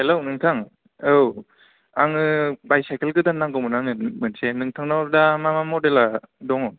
हेल' नोंथां औ आङो बाइसाइकेल गोदान नांगौमोन आंनो मोनसे नोंथांनाव दा मा मा मडेला दङ